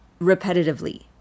repetitively